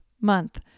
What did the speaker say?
month